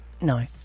No